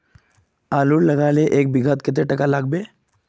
आलूर लगाले एक बिघात कतेक टका लागबे?